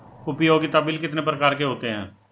उपयोगिता बिल कितने प्रकार के होते हैं?